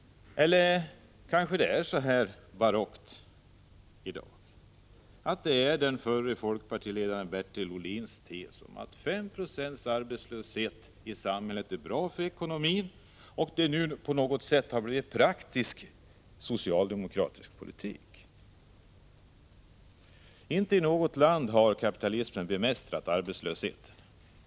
Eller är det så barockt att den förre folkpartiledaren Bertil Ohlins tes, att fem procents arbetslöshet i samhället är bra för ekonomin, nu på något sätt har blivit praktisk socialdemokratisk politik? Inte i något land har kapitalismen bemästrat arbetslösheten.